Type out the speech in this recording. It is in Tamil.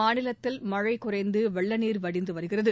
மாநிலத்தில் மழை குறைந்து வெள்ள நீர் வடிந்து வருகிறது